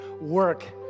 work